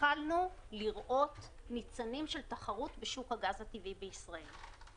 התחלנו לראות ניצנים של תחרות בשוק הגז הטבעי בישראל.